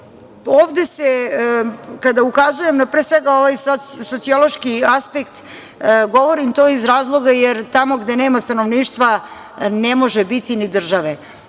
zahteva. Kada ukazujem na ovaj sociološki aspekt, govorim to iz razloga jer tamo gde nema stanovništva ne može biti ni države. Šta